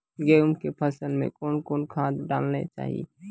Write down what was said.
गेहूँ के फसल मे कौन कौन खाद डालने चाहिए?